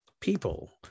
people